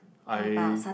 I